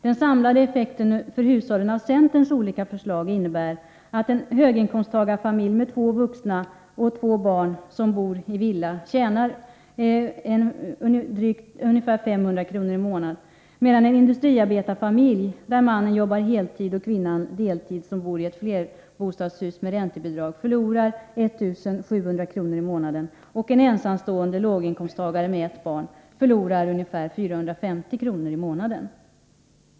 Den samlade effekten för hushållen av centerns förslag blir att en höginkomsttagarfamilj med två vuxna och två barn som bor i en villa tjänar ungefär 500 kr. i månaden, medan en industriarbetarfamilj där mannen jobbar heltid och kvinnan deltid och som bor i ett flerbostadshus med räntebidrag förlorar 1 700 kr. i månaden. En ensamstående låginkomsttagare med ett barn förlorar ungefär 450 kr. i månaden.